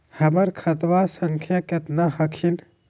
हमर खतवा संख्या केतना हखिन?